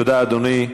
תודה, אדוני.